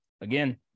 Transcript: again